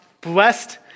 blessed